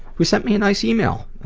who sent me a nice email.